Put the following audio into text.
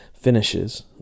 finishes